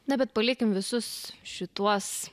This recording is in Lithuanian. na bet palikim visus šituos